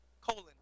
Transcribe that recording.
colon